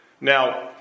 Now